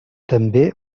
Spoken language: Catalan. també